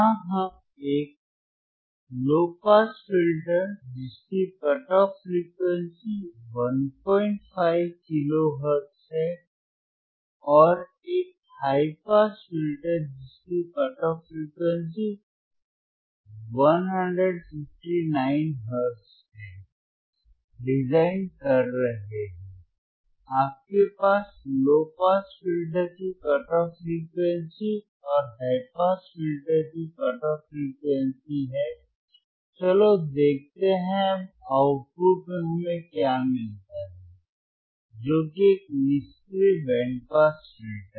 यहां हम एक लो पास फिल्टर जिसकी cut off frequency 15 kilo hertz है और एक हाई पास फिल्टर जिसकी कट ऑफ फ्रिकवेंसी 159 hertz है डिजाइन कर रहे हैं आपके पास लो पास फिल्टर की कट ऑफ फ्रिकवेंसी और हाई पास फिल्टर की कट ऑफ फ्रिकवेंसी है चलो देखते हैं अब आउटपुट में हमें क्या मिलता है जो कि एक निष्क्रिय बैंड पास फिल्टर है